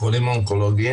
אחרות רועי,